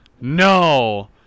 No